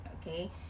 Okay